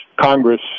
Congress